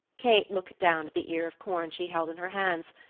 kate looked down at the ear of corn she held in her hands,